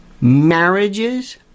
marriages